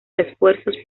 refuerzos